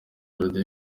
melody